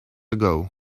ago